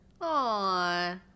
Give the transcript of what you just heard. Aw